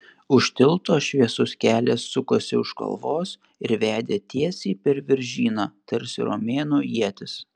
už tilto šviesus kelias sukosi už kalvos ir vedė tiesiai per viržyną tarsi romėnų ietis